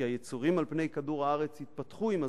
כי היצורים על פני כדור-הארץ התפתחו עם הזמן,